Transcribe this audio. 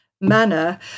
manner